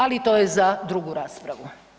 Ali, to je za drugu raspravu.